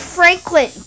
Franklin